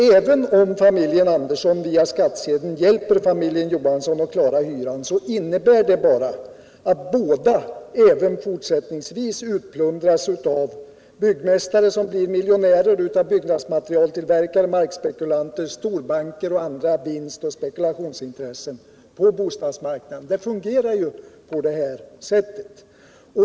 Även om familjen Andersson via skattsedeln hjälper familjen Johansson att klara hyran, så innebär det bara att båda även fortsättningsvis utplundras av byggmästare som blir miljonärer, av byggnadsmaterialtillverkare, markspekulanter, storbanker och andra vinstoch spekulationsintressen på bostadsmarknaden. Det fungerar ju på det här sättet.